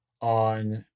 on